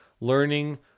learning